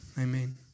Amen